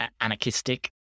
anarchistic